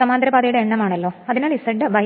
സമാന്തര പാതയുടെ എണ്ണം ആണല്ലോ അതിനാൽ Z A